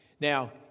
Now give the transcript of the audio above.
Now